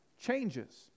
changes